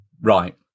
Right